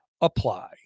apply